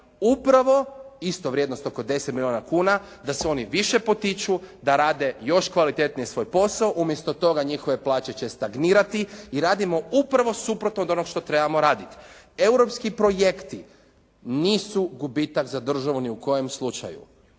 upravo isto vrijednost oko 10 milijuna kuna da se oni više potiču, da rade još kvalitetnije svoj posao, umjesto toga njihove plaće će stagnirati i radimo upravo suprotno od onoga što trebamo raditi. Europski projekti nisu gubitak za državu ni u kojem slučaju.